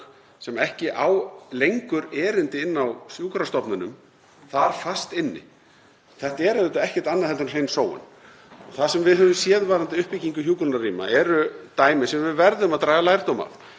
sem ekki á lengur erindi inn á sjúkrastofnunum þar fast inni. Það er auðvitað ekkert annað en hrein sóun. Það sem við höfum séð varðandi uppbyggingu hjúkrunarrýma eru dæmi sem við verðum að draga lærdóm